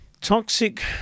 Toxic